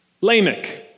Lamech